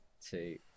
two